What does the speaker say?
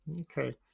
Okay